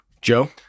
Joe